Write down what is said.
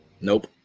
Nope